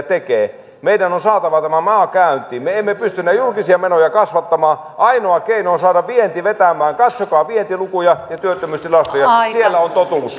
tekee meidän on saatava tämä maa käyntiin me emme pysty enää julkisia menoja kasvattamaan ainoa keino on saada vienti vetämään katsokaa vientilukuja ja työttömyystilastoja siellä on totuus